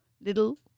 Little